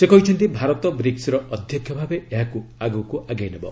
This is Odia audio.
ସେ କହିଛନ୍ତି ଭାରତ ବ୍ରିକୁର ଅଧ୍ୟକ୍ଷ ଭାବେ ଏହାକୁ ଆଗକୁ ଆଗେଇ ନେବ